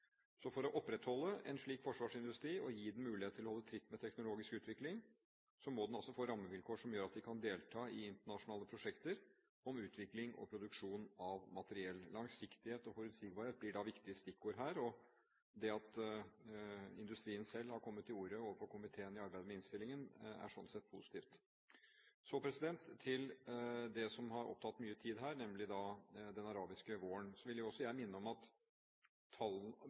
Så for å opprettholde en slik forsvarsindustri og gi den mulighet til å holde tritt med teknologisk utvikling, må den altså få rammevilkår som gjør at vi kan delta i internasjonale prosjekter om utvikling og produksjon av materiell. Langsiktighet og forutsigbarhet blir da viktige stikkord her, og det at industrien selv har kommet til orde overfor komiteen i arbeidet med innstillingen, er sånn sett positivt. Så til det som har opptatt mye tid her, nemlig den arabiske våren. Jeg vil også minne om at